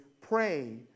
pray